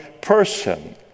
person